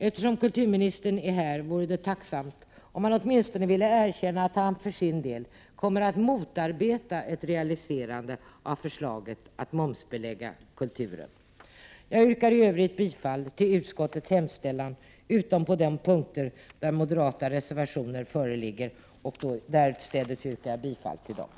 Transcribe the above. Eftersom kulturministern är närvarande i kammaren vore det tacksamt om han åtminstone ville erkänna att han för sin del kommer att motarbeta ett realiserande av förslaget att momsbelägga kulturen. Herr talman! Jag yrkar bifall till utskottets hemställan, utom på de punkter där moderata reservationer föreligger. Där yrkar jag bifall till dessa.